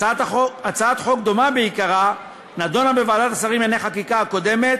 הצעת חוק דומה בעיקרה נדונה בוועדת השרים לענייני חקיקה הקודמת,